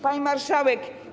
Pani Marszałek!